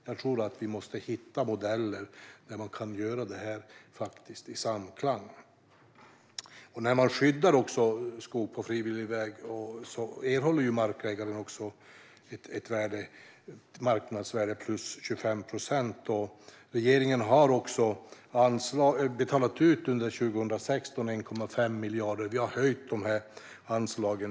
Jag tror att vi måste hitta modeller där man kan göra det här i samklang. När man skyddar skog på frivillig väg erhåller markägaren marknadsvärdet plus 25 procent. Regeringen har betalat ut 1,5 miljarder under 2016.